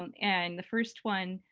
um and the first one